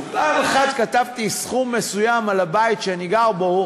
ופעם אחת כתבתי סכום מסוים על הבית שאני גר בו,